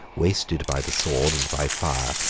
wasted by the sword and by fire,